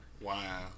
Wow